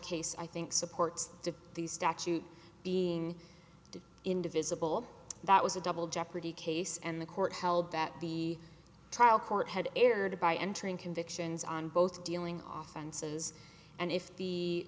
case i think supports to the statute being to indivisible that was a double jeopardy case and the court held that the trial court had erred by entering convictions on both dealing often says and if the